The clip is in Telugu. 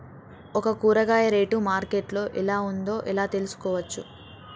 ఒక కూరగాయ రేటు మార్కెట్ లో ఎలా ఉందో ఎలా తెలుసుకోవచ్చు?